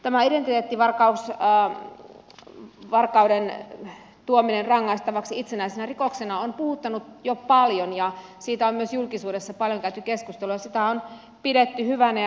tämä identiteettivarkauden tuominen rangaistavaksi itsenäisenä rikoksena on puhuttanut jo paljon ja siitä on myös julkisuudessa paljon käyty keskustelua sitä on pidetty hyvänä